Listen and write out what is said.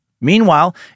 Meanwhile